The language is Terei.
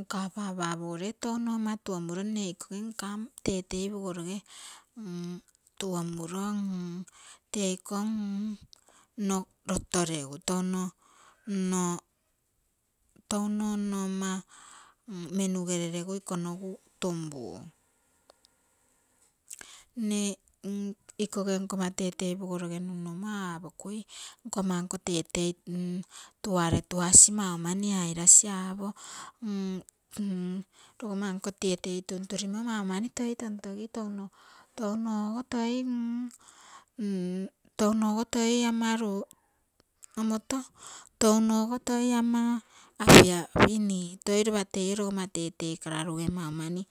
nka papa pogoroge touno ama tuomuro mne ikoge nka tetei pogoroge tuomuro reiko nno loto regu touno nno, ama menugere regu iko nogu tunpu. mne ikoge nkomma tetei pogoroge nunnumo aapokui nkomma nko tetei tuare, tuasi mau mani oirasi aapo logomma nko tetei tunturimo mau mani toi tontogi touno touno toi, touno toi ama apiapimi, toi lopa teio logomma tetei kararuge mau mani.